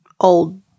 old